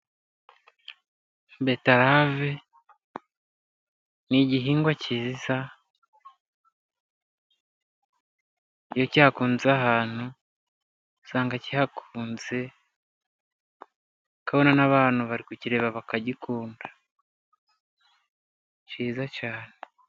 Betarave ni igihingwa kiza, iyo cyakunze ahantu, usanga kihakunze, ukabona n'abantu bari kukireba bakagikunda. Ni kiza cyane.